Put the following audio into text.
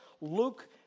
Luke